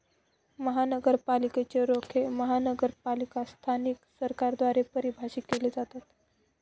महानगरपालिकेच रोखे महानगरपालिका स्थानिक सरकारद्वारे परिभाषित केले जातात